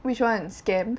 which one SCAMP